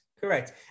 correct